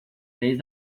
três